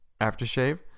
aftershave